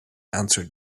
answered